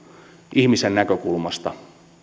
ihmisen näkökulmasta